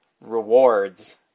rewards